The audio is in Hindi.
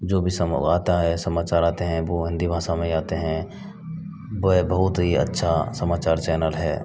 जो भी सम आता है समाचार आते हैं वो हिन्दी भाषा में ही आते हैं वह बहुत ही अच्छा समाचार चैनल है